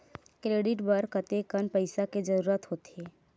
Credit बर कतेकन पईसा के जरूरत होथे?